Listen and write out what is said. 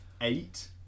Eight